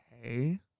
Okay